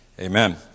Amen